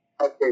Okay